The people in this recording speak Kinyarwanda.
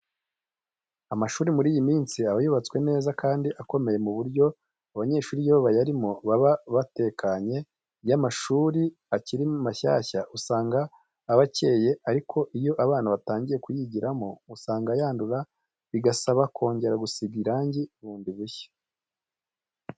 Amashuri muri iyi minsi aba yubatswe neza kandi akomeye ku buryo abanyeshuri iyo bayarimo baba batekanye. Iyo amashuri akiri mashyashya usanga aba akeye ariko iyo abana batangiye kuyigiramo usanga yandura bigasaba kongera gusiga irangi bundi bushya.